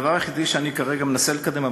הדבר היחידי שאני כרגע מנסה לקדם,